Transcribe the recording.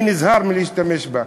אני נזהר מלהשתמש בה.